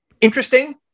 interesting